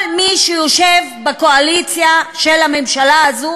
כל מי שיושב בקואליציה של הממשלה הזו